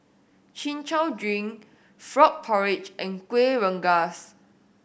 Chin Chow drink frog porridge and Kueh Rengas